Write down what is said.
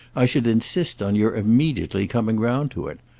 i should insist on your immediately coming round to it.